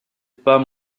pas